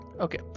okay